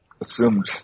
assumed